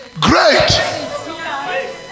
great